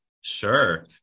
Sure